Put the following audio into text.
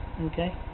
Okay